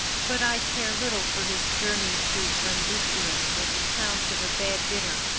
but i care little for his journey to brundusium, and his account of a bad dinner,